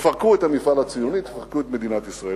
תפרקו את המפעל הציוני, תפרקו את מדינת ישראל.